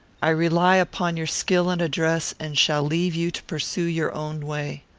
i rely upon your skill and address, and shall leave you to pursue your own way.